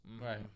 right